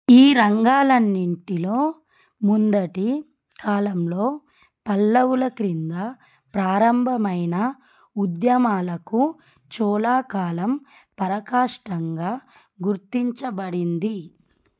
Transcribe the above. ఈ రంగాలన్నింటిలో ముందటి కాలంలో పల్లవుల క్రింద ప్రారంభమైన ఉద్యమాలకు చోళా కాలం పరకాష్టంగా గుర్తించబడింది